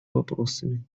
вопросами